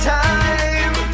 time